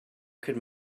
could